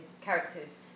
characters